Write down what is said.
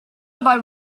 about